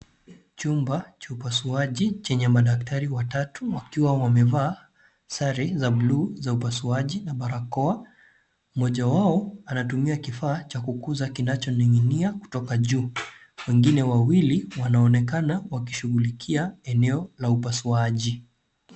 Chumba cha upasuaji chenye madaktari watatu wakiwa wamevaa sare za buluu za upasuaji na barakoa, moja wao anatumia kifaa cha kukuza kinachoning'inia kutoka juu, wengine wawili wanaonekana wakishughulikia eneo la upasuaji.